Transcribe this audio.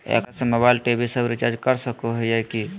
एकरा से mobile TV सब रिचार्ज कर सको हियै की?